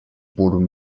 baldwin